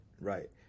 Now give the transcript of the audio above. Right